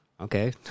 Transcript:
Okay